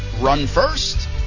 run-first